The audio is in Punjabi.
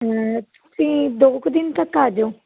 ਤੁਸੀਂ ਦੋ ਕੁ ਦਿਨ ਤੱਕ ਆ ਜਾਇਓ